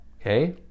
okay